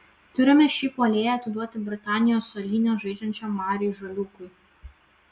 turime šį puolėją atiduoti britanijos salyne žaidžiančiam mariui žaliūkui